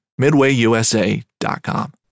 MidwayUSA.com